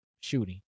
shooting